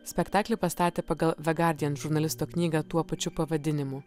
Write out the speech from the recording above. spektaklį pastatė pagal the guardian žurnalisto knygą tuo pačiu pavadinimu